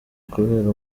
kubera